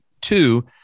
two-